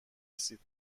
رسید